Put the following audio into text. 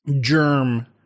germ